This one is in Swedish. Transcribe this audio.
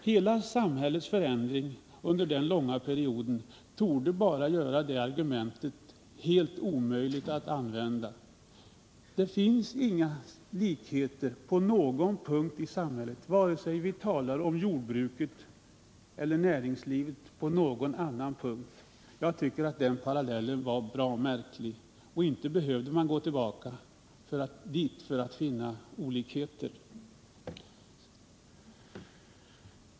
Hela samhällets förändringar under den långa perioden torde bara göra det argumentet helt omöjligt att använda. Det finns inga likheter på någon punkt i samhället, vare sig vi talar om jordbruket eller någon annan del av näringslivet. Jag tycker som sagt att parallellen var bra märklig. Och inte behöver man gå tillbaka till 1930-talet för att finna olikheter.